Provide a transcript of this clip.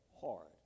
hard